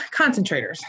concentrators